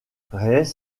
rees